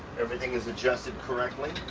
everything is adjusted correctly.